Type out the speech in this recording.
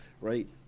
right